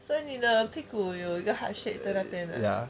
所以你的屁股有一个 hardship 在那边 lah